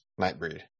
Nightbreed